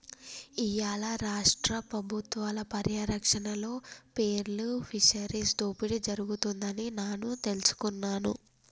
ఇయ్యాల రాష్ట్ర పబుత్వాల పర్యారక్షణలో పేర్ల్ ఫిషరీస్ దోపిడి జరుగుతుంది అని నాను తెలుసుకున్నాను